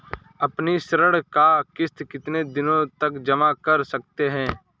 अपनी ऋण का किश्त कितनी दिनों तक जमा कर सकते हैं?